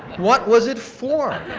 what was it for?